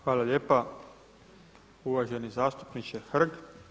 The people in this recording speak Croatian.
Hvala lijepa uvaženi zastupniče Hrg.